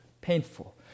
painful